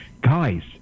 guys